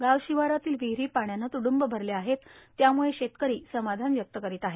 गावशिवारातील विहिरी पाण्याने त्ड्ंब भरल्या आहेत त्यामुळे शेतकरी समाधान व्यक्त करत आहेत